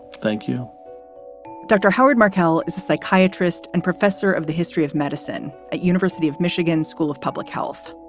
thank you dr. howard markel is a psychiatrist and professor of the history of medicine at university of michigan school of public health